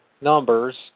numbers